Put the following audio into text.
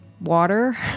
water